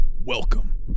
welcome